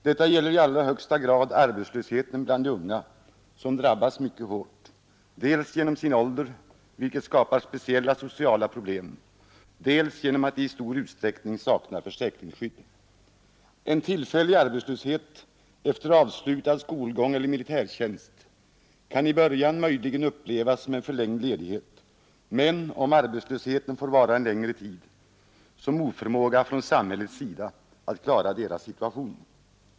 Detta gäller i allra högsta grad arbetslösheten bland de unga, som drabbas mycket hårt, dels genom sin ålder, vilket skapar speciella sociala problem, dels genom att de i stor utsträckning saknar försäkringsskydd. En tillfällig arbetslöshet efter avslutad skolgång eller militärtjänst kan i början möjligen upplevas som en förlängd ledighet men — om arbetslösheten får vara en längre tid — som oförmåga från samhällets sida att klara deras situation.